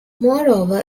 moreover